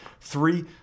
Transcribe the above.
three